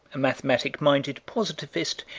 a mathematic-minded positivist,